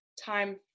time